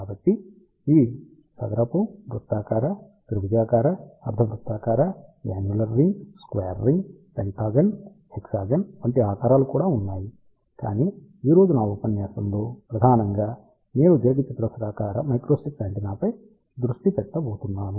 కాబట్టి ఇవి చదరపు వృత్తాకార త్రిభుజాకార అర్ధ వృత్తాకార annular ring square ring pentagon hexagon వంటి ఆకారాలు కూడా ఉన్నాయి కానీ ఈ రోజు నా ఉపన్యాసంలో ప్రధానంగా నేను దీర్ఘచతురస్రాకార మైక్రోస్ట్రిప్ యాంటెన్నాపై దృష్టి పెట్టబోతున్నాను